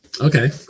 Okay